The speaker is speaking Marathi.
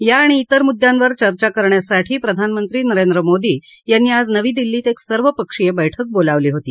या आणि तिर मुद्यांवर चर्चा करण्यासाठी प्रधानमंत्री नरेंद्र मोदी यांनी आज नवी दिल्लीत एक सर्वपक्षीय बैठक बोलावली होती